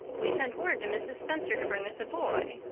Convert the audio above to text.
we sent word to mrs. spencer to bring us a boy.